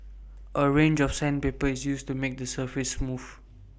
A range of sandpaper is used to make the surface smooth